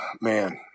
man—